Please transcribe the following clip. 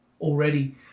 already